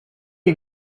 you